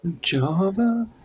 java